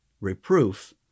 reproof